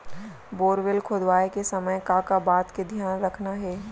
Borewell खोदवाए के समय का का बात के धियान रखना हे?